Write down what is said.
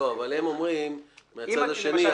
אבל הם אומרים מהצד השני,